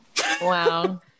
Wow